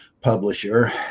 publisher